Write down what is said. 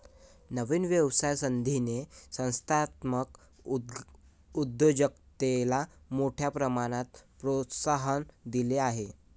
नवीन व्यवसाय संधींनी संस्थात्मक उद्योजकतेला मोठ्या प्रमाणात प्रोत्साहन दिले आहे